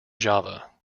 java